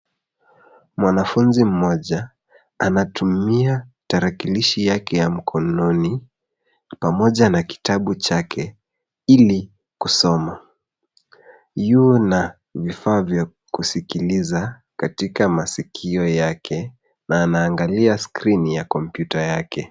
Mwanafunzi mmoja anatumia tarakilishi yake ya mkononi, pamoja na kitabu chake ili kusoma, yu na vifaa vya kusikiliza katika masikio yake na anaangalia skrini ya kompyuta yake.